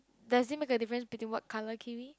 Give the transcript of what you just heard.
does it make a difference between what color kiwi